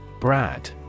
Brad